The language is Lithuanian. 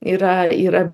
yra yra